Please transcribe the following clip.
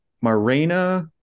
Marina